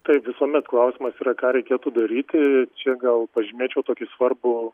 taip visuomet klausimas yra ką reikėtų daryti čia gal pažymėčiau tokį svarbų